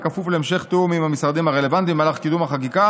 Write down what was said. כפוף להמשך תיאום עם המשרדים הרלוונטיים במהלך קידום החקיקה